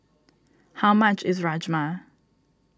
how much is Rajma